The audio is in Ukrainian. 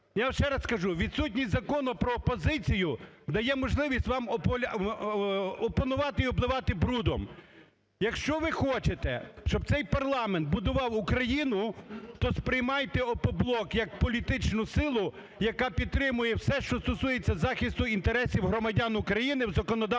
Я ще раз кажу, відсутність Закону про опозицію дає можливість вам опонувати і обливати брудом. Якщо ви хочете, щоб цей парламент будував Україну, то сприймайте "Опоблок" як політичну силу, яка підтримує все, що стосується захисту інтересів громадян України в законодавчому полі.